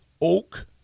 Oak